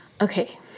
Okay